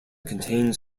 contains